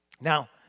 Now